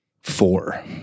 four